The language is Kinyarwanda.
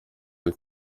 iri